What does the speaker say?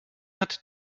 hat